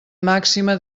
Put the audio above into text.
màxima